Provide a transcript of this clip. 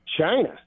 china